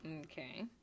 Okay